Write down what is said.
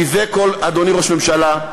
אדוני ראש הממשלה,